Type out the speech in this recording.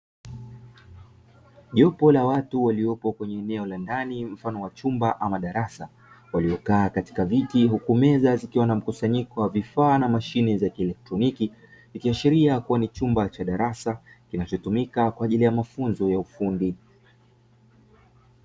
Jopo la watu waliopo kwenye eneo la ndani mfano wa chumba ama darasa, waliokaa katika viti huku meza zikiwa na mkusanyiko wa vifaa na mashine za kielektroniki. Ikiashiria kuwa ni chumba cha darasa kinachotumika kwa ajili ya mafunzo ya ufundi.